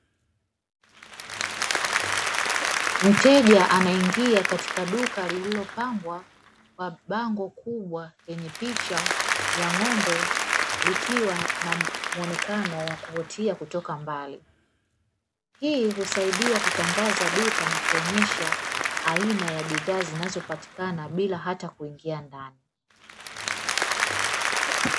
Mteja anaingia katika duka lililopambwa kwa bango kubwa lenye picha ya ng'ombe likiwa na muonekano wa kuvutia kutoka mbali, hii husaidia kutangaza duka na kuonyesha aina ya bidhaa zinazopatikana bila hata kuingia ndani.